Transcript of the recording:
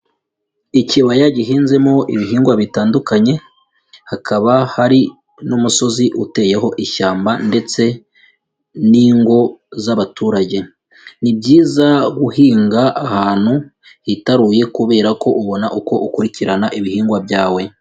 Ikibaya gihinzemo ibihingwa bitandukanye, hakaba hari n'umusozi uteyeho ishyamba ndetse n'ingo z'abaturage, ni byiza guhinga ahantu hitaruye kubera ko ubona uko ukurikirana ibihingwa byawe.